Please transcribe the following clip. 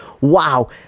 wow